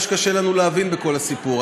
זה מה שקשה לנו להבין בכל הסיפור.